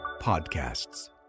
Podcasts